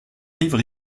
livres